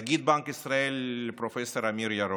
נגיד בנק ישראל פרופ' אמיר ירון,